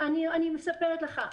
אני מספרת לך,